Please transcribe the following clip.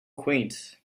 quaint